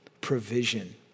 provision